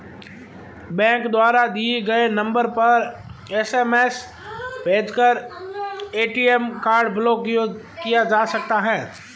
bank द्वारा दिए गए नंबर पर एस.एम.एस भेजकर ए.टी.एम कार्ड ब्लॉक किया जा सकता है